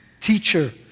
teacher